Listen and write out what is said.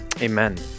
Amen